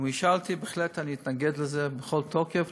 אם הוא ישאל אותי, אני בהחלט אתנגד לזה בכל תוקף.